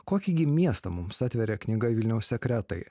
kokį gi miestą mums atveria knyga vilniaus sekretai